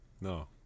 No